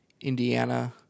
Indiana